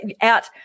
out